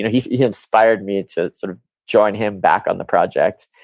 yeah he he inspired me to sort of join him back on the project.